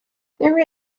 there